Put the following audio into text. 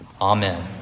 Amen